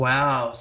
Wow